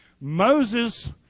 Moses